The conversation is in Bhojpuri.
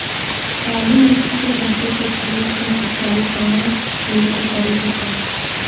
काली मिट्टी के सरसों के खेत क सिंचाई कवने चीज़से करेके चाही?